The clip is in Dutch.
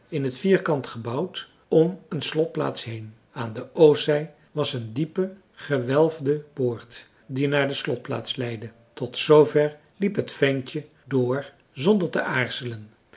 in t vierkant gebouwd om een slotplaats heen aan de oostzij was een diepe gewelfde poort die naar de slotplaats leidde tot zoover liep het ventje door zonder te aarzelen